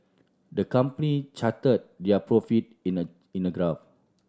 the company charted their profit in a in a graph